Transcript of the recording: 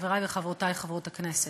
חברי וחברותי חברות הכנסת,